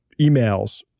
emails